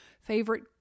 favorite